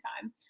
time